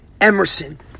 Emerson